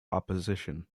opposition